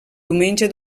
diumenge